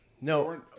no